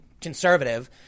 conservative